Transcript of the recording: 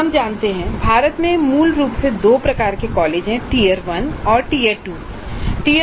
हम जानते हैं कि भारत में मूल रूप से दो प्रकार के कॉलेज हैं टियर 1 और टियर 2 संस्थान